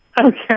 Okay